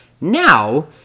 Now